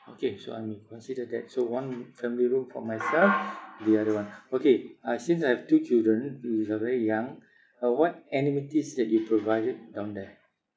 okay so I'm consider that so one family room for myself and the other one okay uh since I have two children which are very young uh what amenities that you provided down there